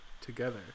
together